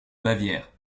bavière